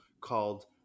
called